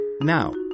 Now